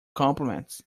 compliments